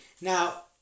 now